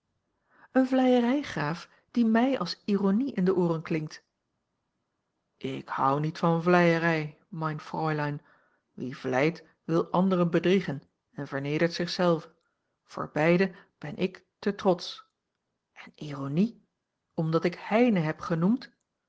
eene vleierij graaf die mij als ironie in de ooren klinkt ik houd niet van vleierij mein fräulein wie vleit wil anderen bedriegen en vernedert zich zelf voor beide ben ik te trotsch en ironie omdat ik heine heb genoemd